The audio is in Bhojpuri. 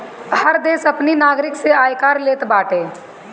हर देस अपनी नागरिक से आयकर लेत बाटे